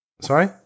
Sorry